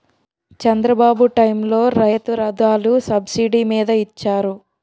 చంద్రబాబు టైములో రైతు రథాలు సబ్సిడీ మీద ఇచ్చారు